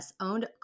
owned